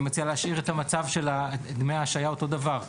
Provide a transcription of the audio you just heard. אני מציע להשאיר את המצב של דמי השעיה אותו דבר.